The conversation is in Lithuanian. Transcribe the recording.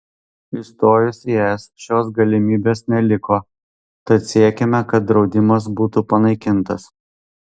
įstojus į es šios galimybės neliko tad siekiame kad draudimas būtų panaikintas